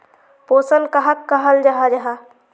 पोषण कहाक कहाल जाहा जाहा?